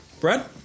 Bread